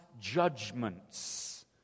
judgments